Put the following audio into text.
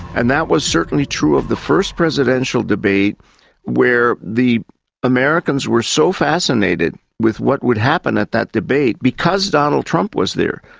and that was certainly true of the first presidential debate where the americans were so fascinated with what would happen at that debate because donald trump was there,